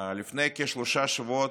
לפני כשלושה שבועות,